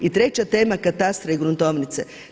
I treća tema katastra i gruntovnice.